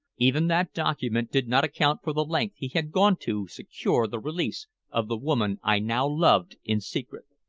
even that document did not account for the length he had gone to secure the release of the woman i now loved in secret.